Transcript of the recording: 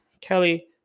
Kelly